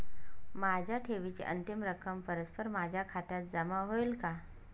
माझ्या ठेवीची अंतिम रक्कम परस्पर माझ्या खात्यात जमा होईल का?